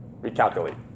recalculate